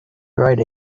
write